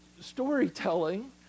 storytelling